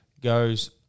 goes